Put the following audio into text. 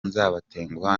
nzabatenguha